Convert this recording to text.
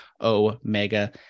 Omega